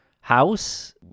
house